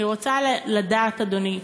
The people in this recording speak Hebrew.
אני רוצה לדעת, אדוני,